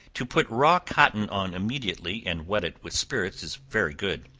to put raw cotton on immediately, and wet it with spirits, is very good